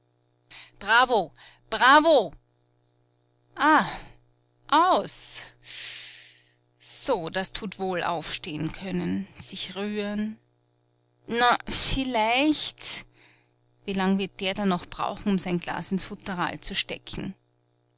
bravo bravo ah aus so das tut wohl aufsteh'n können sich rühren na vielleicht wie lang wird der da noch brauchen um sein glas ins futteral zu stecken